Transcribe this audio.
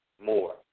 more